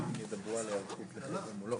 14:16.